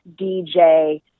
dj